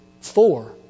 four